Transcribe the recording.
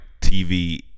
TV